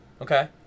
Okay